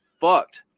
fucked